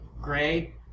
gray